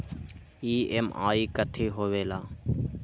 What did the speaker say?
EMI कथी होवेले?